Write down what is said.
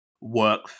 work